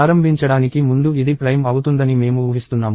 ప్రారంభించడానికి ముందు ఇది ప్రైమ్ అవుతుందని మేము ఊహిస్తున్నాము